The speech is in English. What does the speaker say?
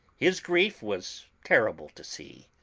his grief was terrible to see.